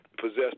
possess